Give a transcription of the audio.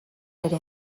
ere